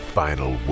final